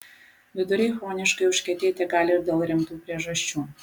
viduriai chroniškai užkietėti gali ir dėl rimtų priežasčių